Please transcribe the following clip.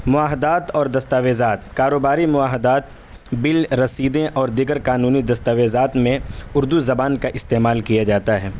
مواہدات اور دستاویزات کاروباری مواہدات بل رسیدیں اور دیگر قانونی دستاویزات میں اردو زبان کا استعمال کیا جاتا ہے